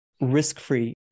risk-free